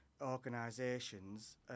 organisations